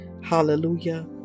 Hallelujah